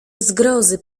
zgrozy